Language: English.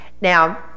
Now